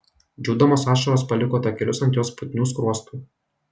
džiūdamos ašaros paliko takelius ant jos putnių skruostų